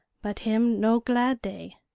but him no glad day.